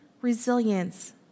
resilience